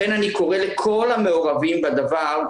לכן אני קורא לכל המעורבים בדבר,